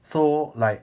so like